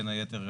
בין היתר,